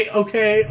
okay